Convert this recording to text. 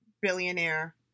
billionaire